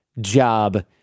job